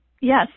Yes